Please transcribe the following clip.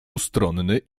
ustronny